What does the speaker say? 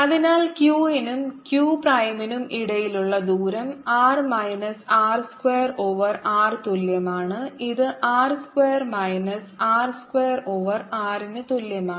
അതിനാൽ q നും q പ്രൈമിനും ഇടയിലുള്ള ദൂരം r minus r square over R തുല്യമാണ് ഇത് r square minus R square over r ന് തുല്യമാണ്